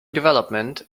development